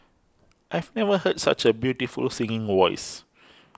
I've never heard such a beautiful singing voice